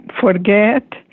forget